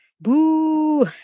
Boo